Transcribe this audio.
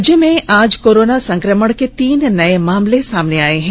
राज्य में आज कोरोना संक्रमण के तीन नए मामले सामने आए हैं